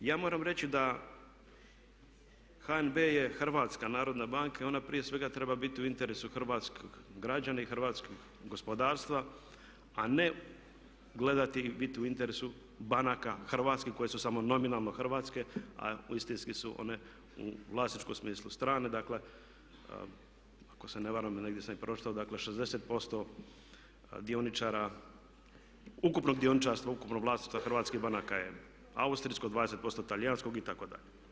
I ja moram reći da HNB je Hrvatska narodna banka i ona prije svega treba biti u interesu hrvatskog građana i Hrvatskog gospodarstva a ne gledati i biti u interesu banaka, hrvatskih koje su samo nominalno Hrvatske a istinski su one u vlasničkom smislu stranke, dakle ako se ne varam a negdje sam i pročitao dakle 60% dioničara, ukupnog dioničarstva, ukupnog vlasništva hrvatskih banaka je austrijsko, 20% talijanskog itd.